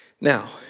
Now